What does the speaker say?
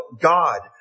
God